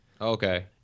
Okay